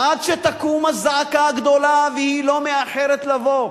עד שתקום הזעקה הגדולה, והיא לא מאחרת לבוא.